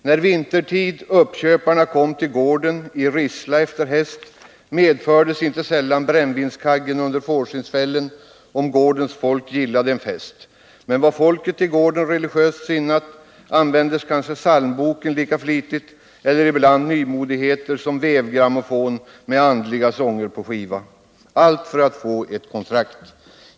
När uppköparen vintertid kom till gården i rissla efter häst medfördes inte sällan brännvinskaggen under fårskinnsfällen, om gårdens folk gillade en fest. Men var folket i gården religiöst sinnat, användes kanske psalmboken eller ibland nymodigheter som vevgrammofonen med andliga sånger på skiva. Allt för att uppköparen skulle få ett kontrakt.